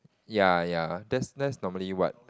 ya ya that's that's normally what